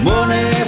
Money